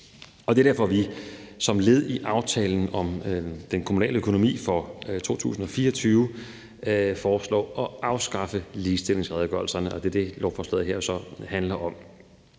Det er derfor, vi som led i aftalen om den kommunale økonomi for 2024 foreslår at afskaffe ligestillingsredegørelserne, og det er det, lovforslaget her jo så handler om.